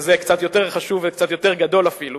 וזה קצת יותר חשוב ויותר גדול, אפילו.